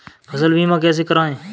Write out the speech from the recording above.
फसल बीमा कैसे कराएँ?